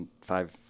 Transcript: five